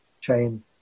chain